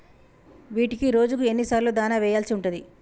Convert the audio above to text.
వీటికి రోజుకు ఎన్ని సార్లు దాణా వెయ్యాల్సి ఉంటది?